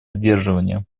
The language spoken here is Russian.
сдерживания